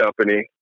company